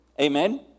amen